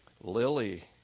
Lily